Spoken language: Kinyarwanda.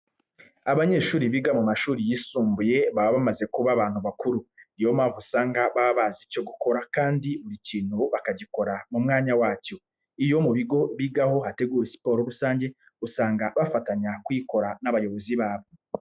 Abanyeshuri biga mu mashuri yisumbuye baba bamaze kuba abantu bakuru. Ni yo mpamvu usanga baba bazi icyo gukora kandi buri kintu bakagikora mu mwanya wacyo. Iyo mu bigo bigaho hateguwe siporo rusange, usanga bafatanya kuyikora n'abayobozi babo.